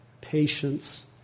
patience